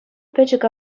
пӗчӗк